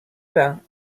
pain